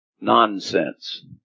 Nonsense